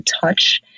touch